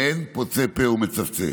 ואין פוצה פה ומצפצף.